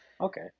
Okay